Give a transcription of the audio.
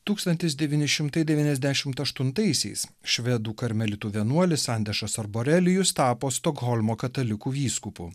tūkstantis devyni šimtai devyniasdešimt aštuntaisiais švedų karmelitų vienuolis andešas arborelijus tapo stokholmo katalikų vyskupu